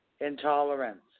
Intolerance